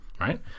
Right